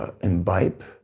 imbibe